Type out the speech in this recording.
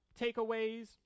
takeaways